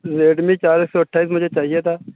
Redmi چالیس سو اٹھائیس مجھے چاہیے تھا